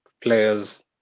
players